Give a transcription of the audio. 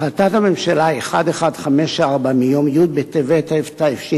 בהחלטת הממשלה 1154, מיום י' בטבת התש"ע,